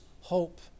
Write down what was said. hope